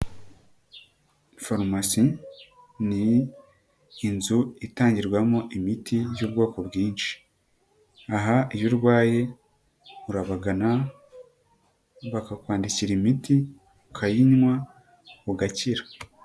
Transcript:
Farumasi ni inzu itangirwamo imiti y'ubwoko bwinshi, aha iyo urwaye, urabagana, bakakwandikira imiti, ukayinywa, ugakira.